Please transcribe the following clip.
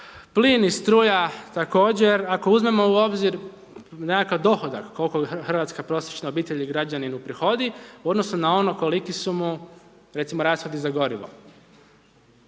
Plin i struja također, ako uzmemo u obzir nekakav dohodak koliko hrvatska prosječna obitelj i građanin uprihodi u odnosu na ono koliki su mu recimo rashodi za gorivo.